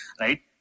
right